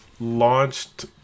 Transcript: launched